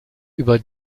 über